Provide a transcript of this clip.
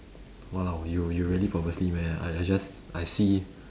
!walao! you you really purposely meh I I just I see